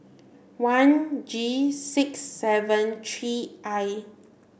one G six seven three I